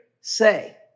say